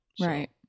Right